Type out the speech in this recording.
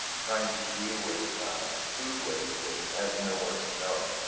trying to deal with food waste that has nowhere to go.